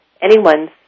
anyone's